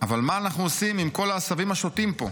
אבל מה אנחנו עושים עם כל העשבים השוטים פה?